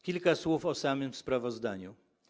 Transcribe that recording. Kilka słów o samym sprawozdaniu.